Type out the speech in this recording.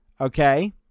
Okay